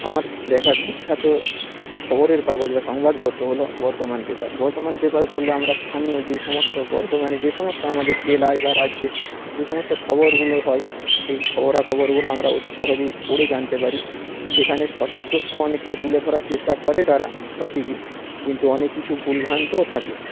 আমার দেখা বিখ্যাত খবরের কাগজ বা সংবাদপত্র হলো বর্তমান পেপার বর্তমান পেপার পড়লে আমরা স্থানীয় যে সমস্ত বর্তমানে যে সমস্ত আমাদের জেলায় বা রাজ্যে যে সমস্ত খবরগুলো হয় সেই খবরাখবরগুলো আমরা অতি সহজেই পড়ে জানতে পারি সেখানে সঠিক তথ্য অনেকটাই তুলে ধরার চেষ্টা করে তারা সঠিকই কিন্তু অনেক কিছু ভুল ভ্রান্তও থাকে